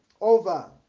over